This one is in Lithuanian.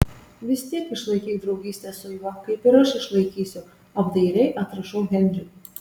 vis tiek išlaikyk draugystę su juo kaip ir aš išlaikysiu apdairiai atrašau henriui